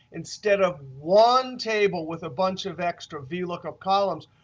instead of one table with a bunch of extra vlookup columns,